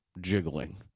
jiggling